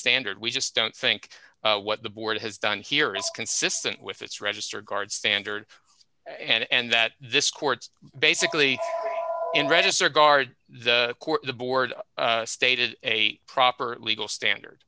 standard we just don't think what the board has done here is consistent with its register guard standard and that this court basically register guard the court the board stated a proper legal standard